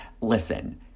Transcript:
listen